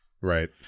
Right